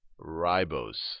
ribose